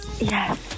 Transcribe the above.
Yes